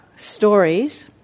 stories